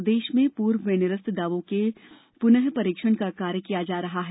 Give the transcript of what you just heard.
प्रदेश में पूर्व में निरस्त दावों के पुनरू परीक्षण का कार्य किया जा रहा है